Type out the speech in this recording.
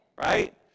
right